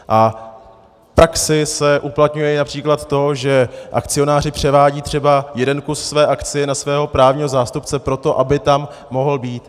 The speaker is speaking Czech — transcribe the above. V praxi se uplatňuje například to, že akcionáři převádějí třeba jeden kus své akcie na svého právního zástupce proto, aby tam mohl být.